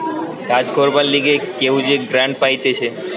কাজ করবার লিগে কেউ যে গ্রান্ট পাইতেছে